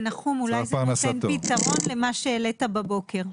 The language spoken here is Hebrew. נחום, אולי זה נותן פתרון למה שהעלית בבוקר.